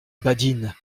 badine